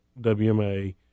WMA